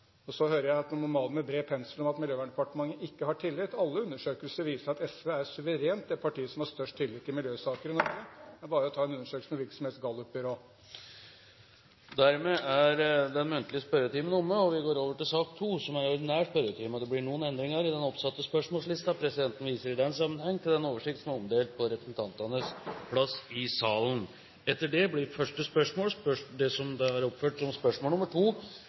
Så hører jeg at man maler med bred pensel at Miljøverndepartementet ikke har tillit. Alle undersøkelser viser at SV er suverent det partiet som har størst tillit i miljøsaker i Norge. Det er bare å ta en undersøkelse med hvilket som helst gallupbyrå. Dermed er den muntlige spørretimen omme, og vi går over til den ordinære spørretimen. Det blir noen endringer i den oppsatte spørsmålslisten. Presidenten viser i den sammenheng til den oversikt som er omdelt på representantenes plasser i salen. De foreslåtte endringer foreslås godkjent. – Det anses vedtatt. Endringene var som følger: Spørsmål